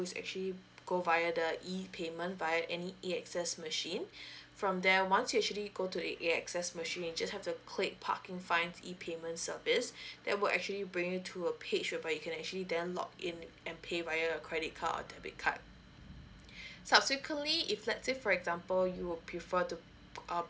actually go via the e payment via any AXS machine from there once you actually go to the AXS machine you just have the click parking fines e payment service that will actually bring you to a page whereby you can actually then log in and pay via a credit card or debit card subsequently if let's say for example you will prefer to uh